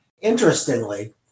Interestingly